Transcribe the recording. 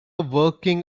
working